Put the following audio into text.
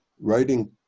Writing